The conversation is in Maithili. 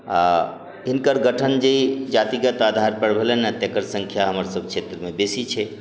आओर हिनकर गठन जे ई जातिगत आधारपर भेलनि तकर सङ्ख्या हमर सब क्षेत्रमे बेसी छै